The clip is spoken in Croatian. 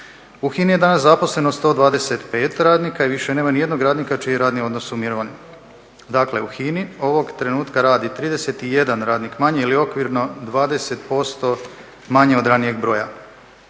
U HINA-i je danas zaposleno 125 radnika i više nema niti jednog radnika čiji je radni odnos u mirovanju. Dakle u HINA-i ovog trenutka radi 31 radnik manje ili okvirno 20% manje od ranijeg broja.